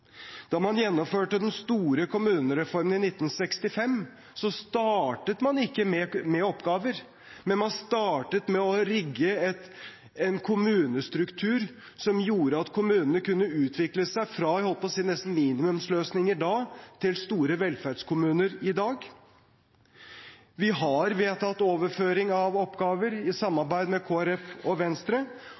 Da man gjennomførte den store kommunereformen i 1965, startet man ikke med oppgaver, men man startet med å rigge en kommunestruktur som gjorde at kommunene kunne utvikle seg fra – jeg holdt på å si – nesten minimumsløsninger da, til store velferdskommuner i dag. Vi har vedtatt overføring av oppgaver, i samarbeid med Kristelig Folkeparti og Venstre,